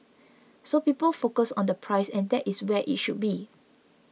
so people focus on the price and that is where it should be